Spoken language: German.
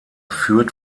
führt